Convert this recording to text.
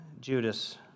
Judas